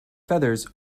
feathers